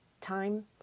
time